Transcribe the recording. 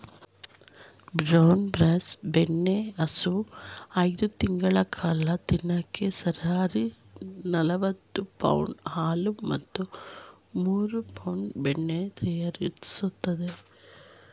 brown Bessie ಬೆಣ್ಣೆಹಸು ಐದು ತಿಂಗಳ ಕಾಲ ದಿನಕ್ಕೆ ಸರಾಸರಿ ನಲವತ್ತು ಪೌಂಡ್ ಹಾಲು ಮತ್ತು ಮೂರು ಪೌಂಡ್ ಬೆಣ್ಣೆ ತಯಾರಿಸ್ತದೆ